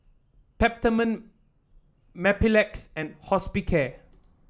Peptamen Mepilex and Hospicare